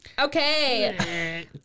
Okay